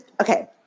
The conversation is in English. Okay